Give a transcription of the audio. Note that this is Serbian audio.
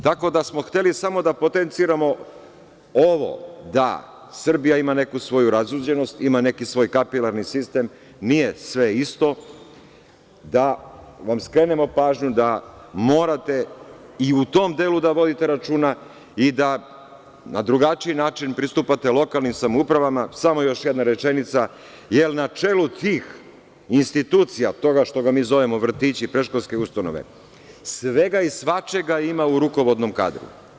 Tako da smo hteli samo da potenciramo ovo da Srbija ima neku svoju razuđenost, ima neki svoj kapilarni sistem, nije sve isto, da vam skrenemo pažnju da morate i u tom delu da vodite računa i da na drugačiji način pristupate lokalnim samoupravama, jer na čelu tih institucija, toga što mi zovemo vrtići i predškolske ustanove, svega i svačega ima u rukovodnom kadru.